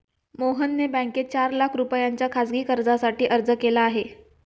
मोहनने बँकेत चार लाख रुपयांच्या खासगी कर्जासाठी अर्ज केला आहे